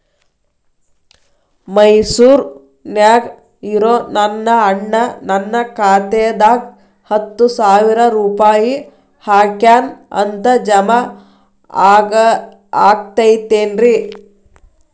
ಮೈಸೂರ್ ನ್ಯಾಗ್ ಇರೋ ನನ್ನ ಅಣ್ಣ ನನ್ನ ಖಾತೆದಾಗ್ ಹತ್ತು ಸಾವಿರ ರೂಪಾಯಿ ಹಾಕ್ಯಾನ್ ಅಂತ, ಜಮಾ ಆಗೈತೇನ್ರೇ?